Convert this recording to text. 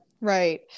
Right